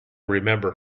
remember